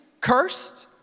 cursed